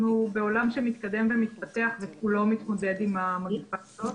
אנחנו בעולם מתקדם ומתפתח וכולו מתמודד עם המגיפה הזאת.